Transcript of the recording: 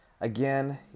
again